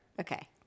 Okay